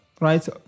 Right